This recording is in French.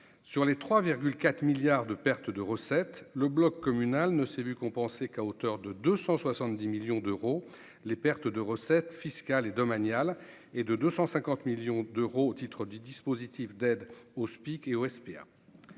sur les 3 4 milliards de pertes de recettes, le bloc communal ne s'est vu qu'on pensait qu'à hauteur de 270 millions d'euros, les pertes de recettes fiscales et domanial et de 250 millions d'euros au titre du dispositif d'aide aux Speak et au SPA